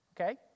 Okay